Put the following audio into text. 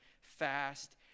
fast